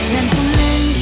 Gentlemen